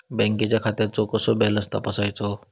बँकेच्या खात्याचो कसो बॅलन्स तपासायचो?